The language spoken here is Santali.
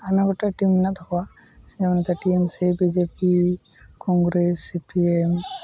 ᱟᱭᱢᱟ ᱜᱚᱴᱮᱡ ᱴᱤᱢ ᱢᱮᱱᱟᱜ ᱛᱟᱠᱚᱣᱟ ᱱᱚᱛᱮ T M C B J P Congress C P ᱮᱢ